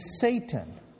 Satan